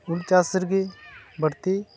ᱩᱞ ᱪᱟᱥ ᱨᱮᱜᱮ ᱵᱟᱹᱲᱛᱤ